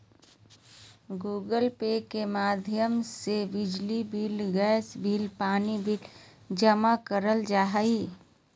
Google Pay के माध्यम से बिजली बिल, गैस बिल, पानी बिल जमा करल जा हय